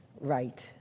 Right